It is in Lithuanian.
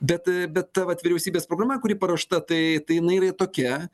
bet bet ta vat vyriausybės programa kuri paruošta tai tai jinai yra tokia